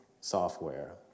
software